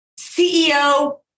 CEO